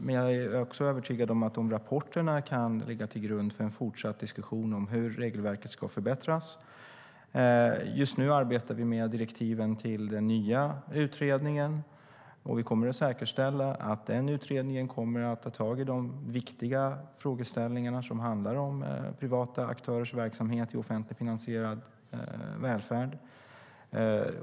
Men jag är också övertygad om att rapporterna kan ligga till grund för en fortsatt diskussion om hur regelverket ska förbättras. Just nu arbetar vi med direktiven till den nya utredningen, och vi kommer att säkerställa att den utredningen kommer att ta tag i de viktiga frågeställningarna, som handlar om privata aktörers verksamhet i offentligt finansierad välfärd.